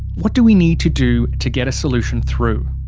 what do we need to do to get a solution through?